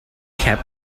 cap